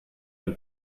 ein